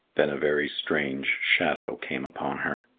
then a very strange shadow came upon her.